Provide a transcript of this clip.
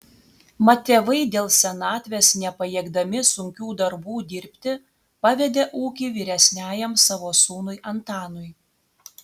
mat tėvai dėl senatvės nepajėgdami sunkių darbų dirbti pavedė ūkį vyresniajam savo sūnui antanui